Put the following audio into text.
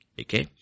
Okay